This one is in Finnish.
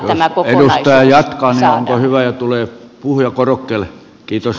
jos edustaja jatkaa niin on hyvä ja tulee puhujakorokkeelle kiitos